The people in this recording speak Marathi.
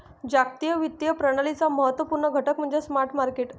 जागतिक वित्तीय प्रणालीचा महत्त्व पूर्ण घटक म्हणजे स्पॉट मार्केट